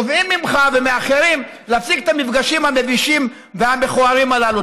תובעים ממך ומאחרים להפסיק את המפגשים המבישים והמכוערים הללו.